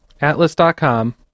Atlas.com